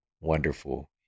wonderful